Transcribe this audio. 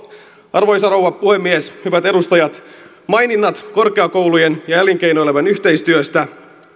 arvoisa rouva puhemies hyvät edustajat maininnat korkeakoulujen ja ja elinkeinoelämän yhteistyöstä